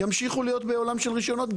ימשיכו להיות בעולם של רישיונות.